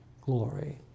glory